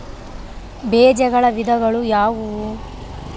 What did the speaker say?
ಬೇಜಗಳ ವಿಧಗಳು ಯಾವುವು?